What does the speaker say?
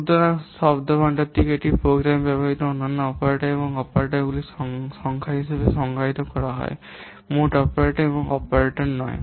প্রোগ্রামের শব্দভান্ডারটিকে এটি প্রোগ্রামে ব্যবহৃত অনন্য অপারেটর এবং অপারেটরগুলির সংখ্যা হিসাবে সংজ্ঞায়িত করা হয় মোট অপারেটর এবং অপারেটর নয়